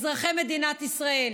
אזרחי מדינת ישראל,